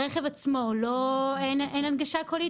אין הנגשה קולית?